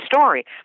story